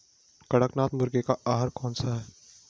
कड़कनाथ मुर्गे का आहार कौन सा है?